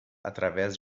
através